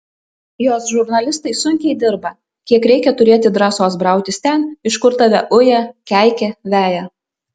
jos žurnalistai sunkiai dirba kiek reikia turėti drąsos brautis ten iš kur tave uja keikia veja